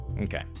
Okay